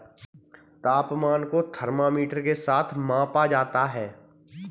तापमान को थर्मामीटर के साथ मापा जाता है